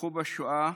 שנרצחו בשואה,